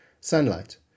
sunlight